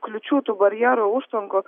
kliūčių tų barjerų užtvankų